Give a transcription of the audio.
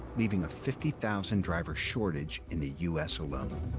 leaving a fifty thousand driver shortage in the u s. alone.